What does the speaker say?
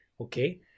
okay